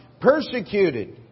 Persecuted